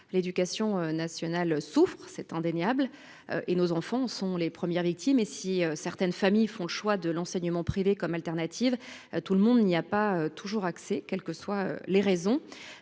L’éducation nationale souffre, c’est indéniable, et nos enfants sont les premières victimes. Si certaines familles font le choix de l’enseignement privé comme solution de remplacement, tout le monde n’y a pas forcément accès, quelles qu’en soient les raisons.